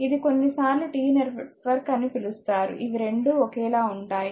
ఇది కొన్నిసార్లు T network అని పిలుస్తారు ఇవి రెండూ ఒకేలా ఉంటాయి